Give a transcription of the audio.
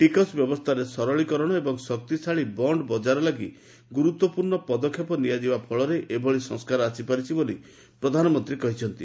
ଟିକସ ବ୍ୟବସ୍ଥାରେ ସରଳୀକରଣ ଏବଂ ଏକ ଶକ୍ତିଶାଳୀ ବଣ୍ଡ୍ ବଜାର ଲାଗି ଗୁରୁତ୍ୱପୂର୍ଣ୍ଣ ପଦକ୍ଷେପ ନିଆଯିବା ଫଳରେ ଏଭଳି ସଂସ୍କାର ଆସିପାରିଛି ବୋଲି ପ୍ରଧାନମନ୍ତ୍ରୀ କହିଛନ୍ତି